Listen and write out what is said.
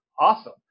awesome